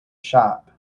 shop